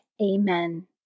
Amen